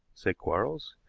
said quarles.